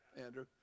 Andrew